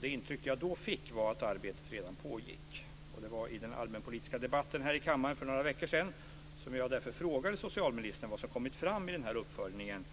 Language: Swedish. Det intryck som jag då fick var att arbetet redan pågick. Jag frågade därför socialministern i den allmänpolitiska debatten här i kammaren för några veckor sedan om vad som hade kommit fram i den här uppföljningen.